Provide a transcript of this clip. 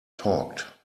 talked